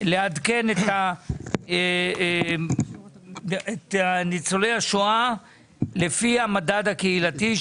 לעדכן את הקצבה לניצולי השואה לפי המדד הקהילתי,